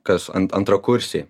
kas antrakursiai